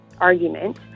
argument